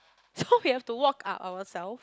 so we have to walk up ourself